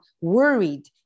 worried